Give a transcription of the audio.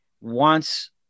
wants